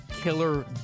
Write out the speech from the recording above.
killer